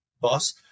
boss